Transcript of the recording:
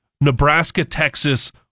Nebraska-Texas